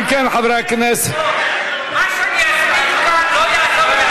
אם כן, חברי הכנסת, מה שאני אסביר כאן לא יעזור,